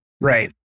Right